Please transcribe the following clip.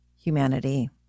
humanity